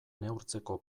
neurtzeko